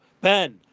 Ben